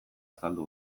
azaldu